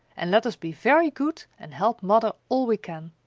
and let us be very good and help mother all we can.